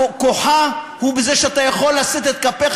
כוחה הוא בזה שאתה יכול לשאת את כפיך